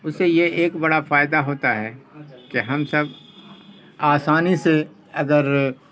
اس سے یہ ایک بڑا فائدہ ہوتا ہے کہ ہم سب آسانی سے اگر